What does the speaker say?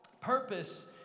purpose